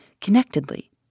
connectedly